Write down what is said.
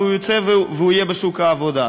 העבודה, והוא יֵצא והוא יהיה בשוק העבודה.